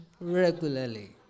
regularly